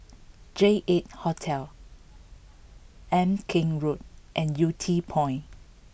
J Eight Hotel Ama Keng Road and Yew Tee Point